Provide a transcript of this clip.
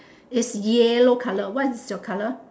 is yellow colour what is your colour